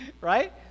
right